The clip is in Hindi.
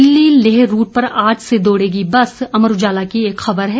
दिल्ली लेह रूट पर आज से दौड़ेगी बस अमर उजाला की एक खबर है